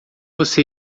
você